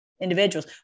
individuals